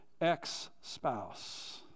ex-spouse